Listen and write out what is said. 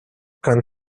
kann